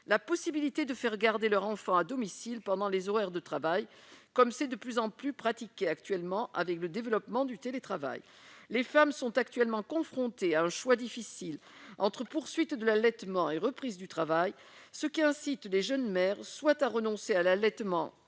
la possibilité de faire garder leur enfant à domicile pendant les horaires de travail, comme cela est de plus en plus pratiqué avec le développement du télétravail. Les femmes sont actuellement confrontées à un choix difficile entre poursuite de l'allaitement et reprise du travail, ce qui incite les jeunes mères soit à renoncer à l'allaitement